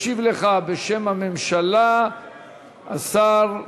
ישיב לך בשם הממשלה שר הפנים,